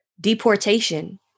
deportation